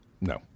No